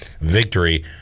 victory